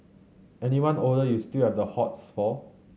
anyone older you still have the hots for